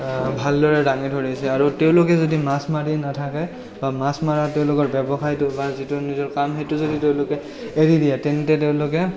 ভালদৰে দাঙি ধৰিছে আৰু তেওঁলোকে যদি মাছ মাৰি নাথাকে বা মাছ মাৰা তেওঁলোকৰ ব্যৱসায়টো বা যিটো নিজৰ কাম সেইটো যদি তেওঁলোকে এৰি দিয়ে তেন্তে তেওঁলোকে